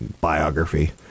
biography